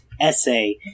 essay